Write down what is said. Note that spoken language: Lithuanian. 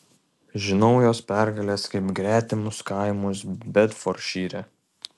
žinau jos pergales kaip gretimus kaimus bedfordšyre